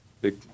big